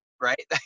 right